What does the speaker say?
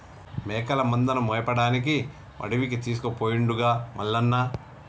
మేకల మందను మేపడానికి అడవికి తీసుకుపోయిండుగా మల్లన్న